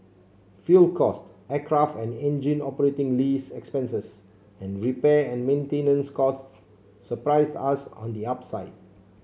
fuel cost aircraft and engine operating lease expenses and repair and maintenance costs surprised us on the upside